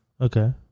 Okay